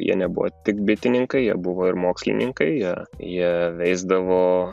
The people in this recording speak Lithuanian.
jie nebuvo tik bitininkai jie buvo ir mokslininkai jie jie veisdavo